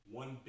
one